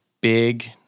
big